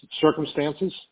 circumstances